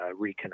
reconnect